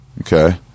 Okay